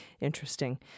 interesting